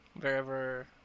wherever